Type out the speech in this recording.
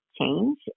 change